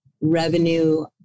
revenue